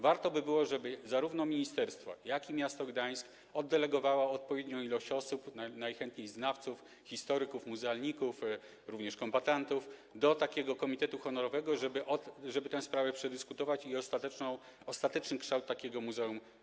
Warto by było, żeby zarówno ministerstwo, jak i miasto Gdańsk oddelegowały odpowiednią ilość osób, najchętniej znawców, historyków, muzealników, również kombatantów, do takiego komitetu honorowego, żeby tę sprawę przedyskutować i wypracować ostateczny kształt takiego muzeum.